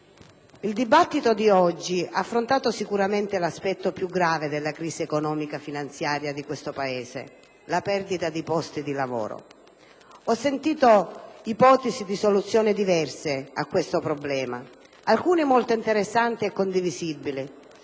il dibattito di oggi ha affrontato sicuramente l'aspetto più grave della crisi economico-finanziaria di questo Paese: la perdita di posti di lavoro. Ho sentito ipotesi di soluzioni diverse a questo problema, alcune molto interessanti e condivisibili,